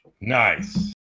Nice